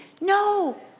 No